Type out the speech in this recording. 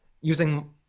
using